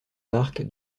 park